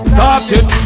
Started